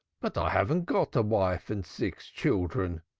but i haven't got a wife and six children,